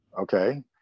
Okay